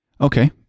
okay